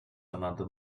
another